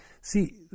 See